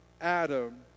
Adam